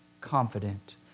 confident